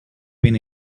been